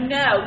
no